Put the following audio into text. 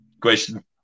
question